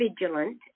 vigilant